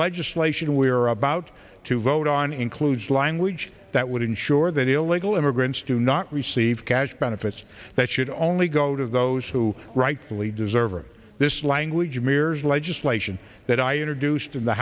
legislation we're about to vote on includes language that would ensure that illegal immigrants do not receive cash benefits that should only go to those who rightfully deserve it this language mirrors legislation that i introduced in the